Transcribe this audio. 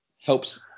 Helps